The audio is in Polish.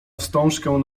wstążkę